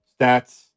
stats